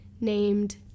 named